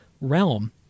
realm